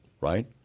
right